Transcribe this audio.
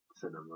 cinema